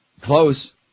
Close